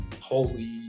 holy